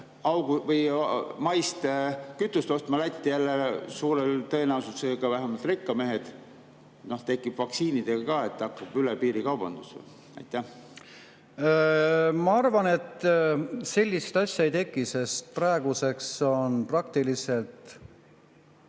alates kütust ostma Lätti suure tõenäosusega – vähemalt rekkamehed –, tekib vaktsiinidega ka, et hakkab üle piiri kaubandus? Ma arvan, et sellist asja ei teki, sest praeguseks on väga paljudes